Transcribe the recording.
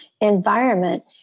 environment